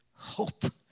hope